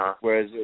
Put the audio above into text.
Whereas